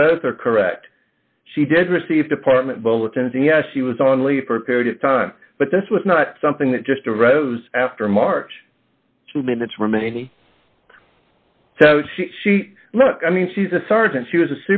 that both are correct she did receive department bulletins and yes she was on leave for a period of time but this was not something that just a rose after march two minutes remaining she look i mean she's a sergeant she was a